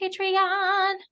patreon